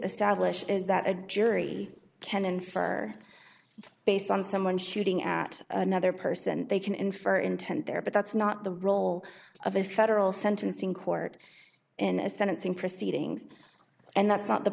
establish that a jury can infer based on someone shooting at another person and they can infer intent there but that's not the role of a federal sentencing court in a sentencing proceeding and that's not the